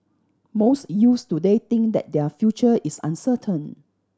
most youths today think that their future is uncertain